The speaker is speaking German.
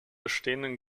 bestehenden